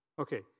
Okay